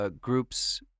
groups